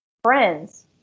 friends